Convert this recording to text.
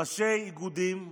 ראשי איגודים,